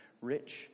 rich